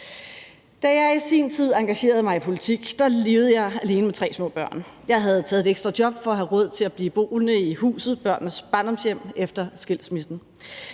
Da jeg i sin tid engagerede mig i politik, levede jeg alene med tre små børn. Jeg havde taget et ekstra job for at have råd til at blive boende i huset, børnenes barndomshjem, efter skilsmissen,